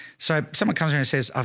so someone comes here and says, i've,